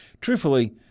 truthfully